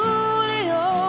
Julio